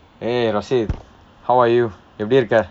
eh rashid how are you எப்படி இருக்கிற:eppadi irukkura